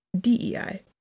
DEI